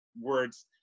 words